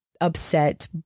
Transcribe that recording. upset